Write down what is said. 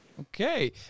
Okay